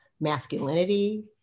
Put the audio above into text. masculinity